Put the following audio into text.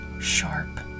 sharp